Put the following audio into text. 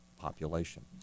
population